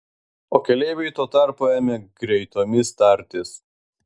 o keleiviai tuo tarpu ėmė greitomis tartis